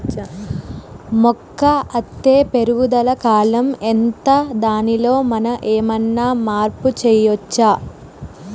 మొక్క అత్తే పెరుగుదల కాలం ఎంత దానిలో మనం ఏమన్నా మార్పు చేయచ్చా?